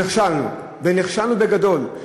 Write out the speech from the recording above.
נכשלנו, ונכשלנו בגדול.